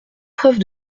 preuve